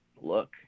look